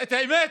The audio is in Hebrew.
האמת,